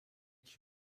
qui